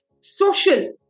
social